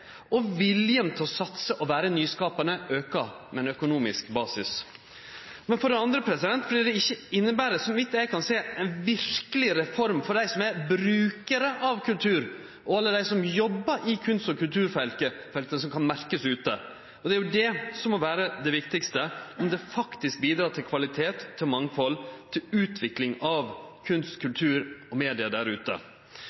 og viljen til å satse og vere nyskapande aukar med ein økonomisk basis. For det andre er det fordi reforma ikkje inneber – så vidt eg kan sjå – ei verkeleg reform for dei som er brukarar av kultur, og alle dei som jobbar i kunst- og kulturfeltet, som kan merkast ute. Det må jo vere det viktigaste, sånn at reforma faktisk bidreg til kvalitet og mangfald og til utvikling av kunst,